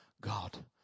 God